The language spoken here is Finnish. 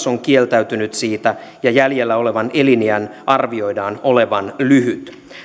on kieltäytynyt siitä ja jäljellä olevan eliniän arvioidaan olevan lyhyt